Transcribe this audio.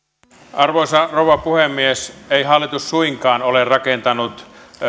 arvoisa rouva puhemies ei hallitus suinkaan ole rakentanut